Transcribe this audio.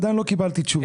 עדיין לא קיבלתי תשובה.